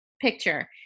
picture